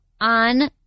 on